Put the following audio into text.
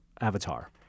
avatar